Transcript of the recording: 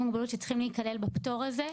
עם מוגבלות שצריכים להיכלל בפטור הזה.